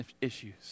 issues